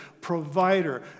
provider